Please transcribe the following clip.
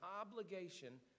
obligation